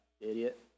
idiot